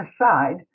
aside